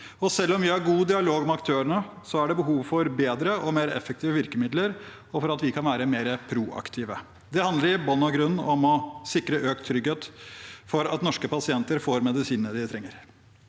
Selv om vi har god dialog med aktørene, er det behov for bedre og mer effektive virkemidler, og for at vi kan være mer proaktive. Det handler i bunn og grunn om å sikre økt trygghet for at norske pasienter får medisinene de trenger.